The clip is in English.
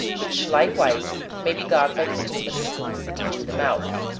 which likewise may be got by putting a spoon into the mouth.